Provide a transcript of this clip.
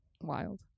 wild